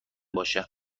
باشه